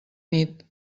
nit